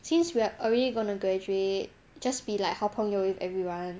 since we're already gonna graduate just be like 好朋友 with everyone